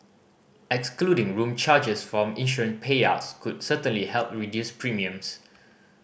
excluding room charges from insurance payouts could certainly help reduce premiums